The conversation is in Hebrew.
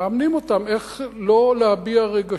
מאמנים אותם איך לא להביע רגשות,